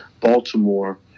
Baltimore